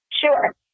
Sure